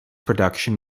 production